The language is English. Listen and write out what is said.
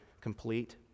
complete